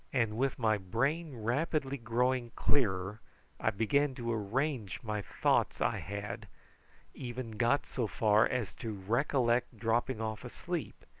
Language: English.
and with my brain rapidly growing clearer i began to arrange my thoughts i had even got so far as to recollect dropping off asleep,